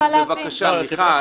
מיכל.